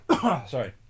Sorry